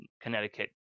connecticut